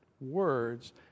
words